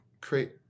create